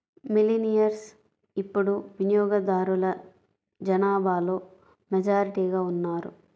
millennials ఇప్పుడు వినియోగదారుల జనాభాలో మెజారిటీగా ఉన్నారు